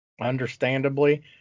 understandably